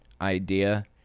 idea